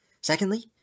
Secondly